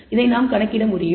இதை நாம் கணக்கிட முடியும்